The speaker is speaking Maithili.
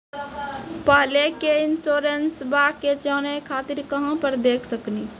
पहले के इंश्योरेंसबा के जाने खातिर कहां पर देख सकनी?